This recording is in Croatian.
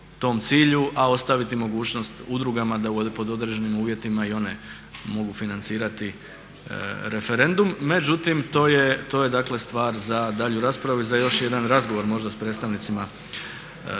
a ostaviti mogućnost udruga da pod određenim uvjetima i one mogu financirati referendum. Međutim, to je stvar za daljnju raspravu i za još jedan razgovor možda s predstavnicima civilnog